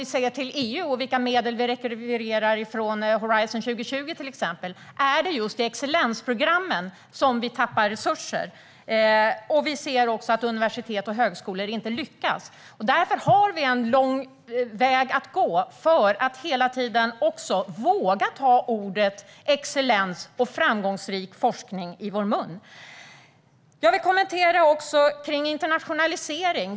Vi kan se till EU och vilka medel vi rekvirerar från Horizon 2020, till exempel. Det är just i excellensprogrammen som vi tappar resurser. Vi ser också att universitet och högskolor inte lyckas. Därför har vi en lång väg att gå för att hela tiden våga ta orden excellens och framgångsrik forskning i vår mun. Jag vill också kommentera internationalisering.